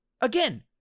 again